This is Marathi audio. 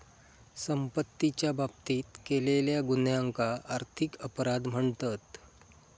संपत्तीच्या बाबतीत केलेल्या गुन्ह्यांका आर्थिक अपराध म्हणतत